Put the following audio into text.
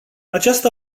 această